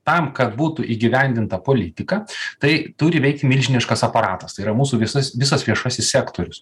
tam kad būtų įgyvendinta politika tai turi veikti milžiniškas aparatas tai yra mūsų visas visas viešasis sektorius